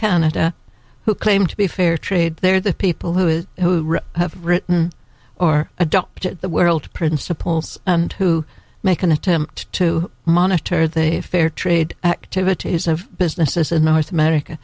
canada who claim to be fair trade they're the people who it who have written or adopted the world principles and who make an attempt to monitor the fair trade activities of businesses in north america